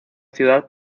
ciudad